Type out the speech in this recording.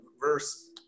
verse